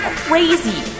crazy